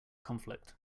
conflict